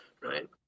Right